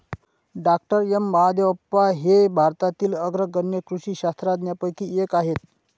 डॉ M Mahadevappa हे भारतातील अग्रगण्य कृषी शास्त्रज्ञांपैकी एक आहेत